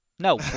No